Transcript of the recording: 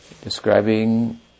describing